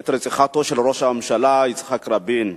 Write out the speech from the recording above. את רציחתו, של ראש הממשלה יצחק רבין.